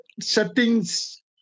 settings